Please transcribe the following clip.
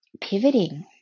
pivoting